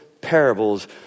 parables